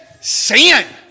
sin